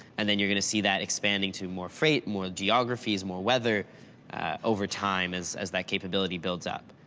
and then you're going to see that expanding to more freight, more geographies, more weather over time as, as that capability builds up.